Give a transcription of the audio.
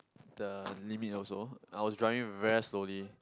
the limit also I was driving very slowly